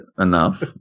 enough